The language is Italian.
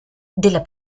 della